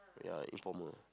ya informer